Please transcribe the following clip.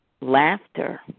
laughter